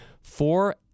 four